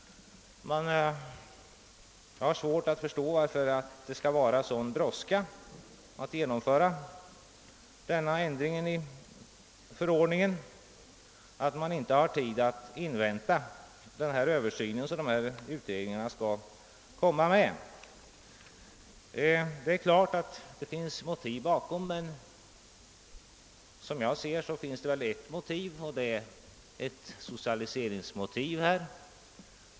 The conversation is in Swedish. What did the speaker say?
Jag har svårt att förstå varför det skall vara sådan brådska med att genomföra den föreslagna ändringen i förordningen, att man inte har tid att invänta den översyn som de pågående utredningarna skall göra. Det finns självfallet motiv bakom detta handlande, men såvitt jag förstår är huvudskälet av socialiseringsnatur.